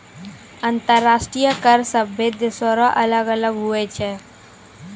अंतर्राष्ट्रीय कर सभे देसो रो अलग अलग हुवै छै